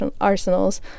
arsenals